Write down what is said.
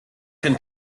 can